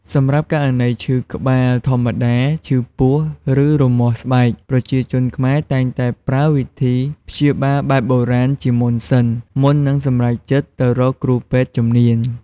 សម្រាប់ករណីឈឺក្បាលធម្មតា ឈឺពោះ ឬរមាស់ស្បែក ប្រជាជនខ្មែរតែងតែប្រើវិធីព្យាបាលបែបបុរាណជាមុនសិន មុននឹងសម្រេចចិត្តទៅរកគ្រូពេទ្យជំនាញ។